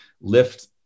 lift